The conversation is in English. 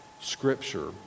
Scripture